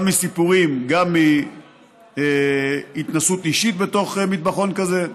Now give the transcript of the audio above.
גם מסיפורים, גם מהתנסות אישית בתוך מטבחון כזה,